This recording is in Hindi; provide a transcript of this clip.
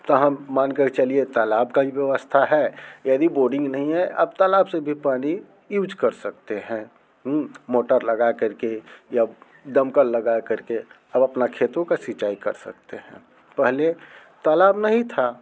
तो हम मान कर चलिए तालाब की भी व्यवस्था है यदि बोरिंग नहीं है अब तलाब से भी पानी यूज कर सकते हैं मोटर लगा कर के या दमकल लगा कर के अब अपना खेतों का सिचाई कर सकते हैं पहले तालाब नहीं थे